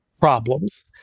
problems